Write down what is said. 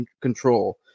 control